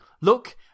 Look